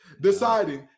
Deciding